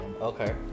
okay